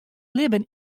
libben